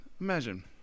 imagine